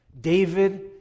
David